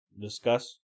discuss